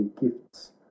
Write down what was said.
gifts